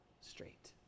straight